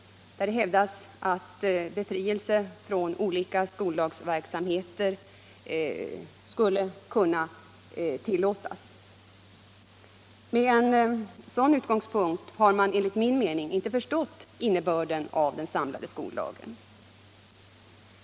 Där hävdas att befrielse från olika skoldagsverksamheter skulle kunna tillåtas. Med en sådan utgångspunkt har man enligt min mening inte förstått innebörden av den samlade skoldagen.